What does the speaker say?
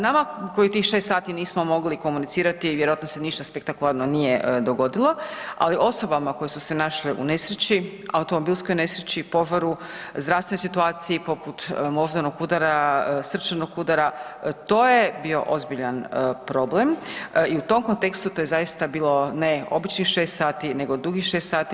Nama koji tih 6 sati nismo mogli komunicirati vjerojatno se ništa spektakularno nije dogodilo, ali osobama koje su se našle u nesreći, automobilskoj nesreći, požaru, zdravstvenoj situaciji poput moždanog udara, srčanog udara, to je bio ozbiljan problem i u tom kontekstu to je zaista bilo ne običnih 6 sati nego dugih 6 sati.